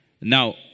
Now